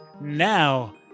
now